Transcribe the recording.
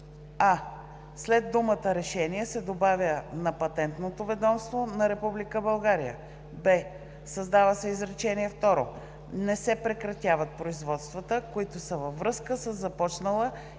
а) след думата „решение“ се добавя „на Патентното ведомство на Република България“. б) създава се изречение второ: „Не се прекратяват производствата, които са във връзка със започнала или